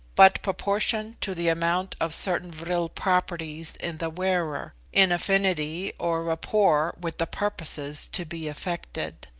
but proportioned to the amount of certain vril properties in the wearer in affinity, or rapport with the purposes to be effected.